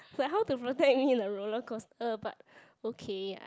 like how to protect me in a roller coaster but okay I